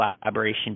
collaboration